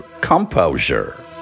Composure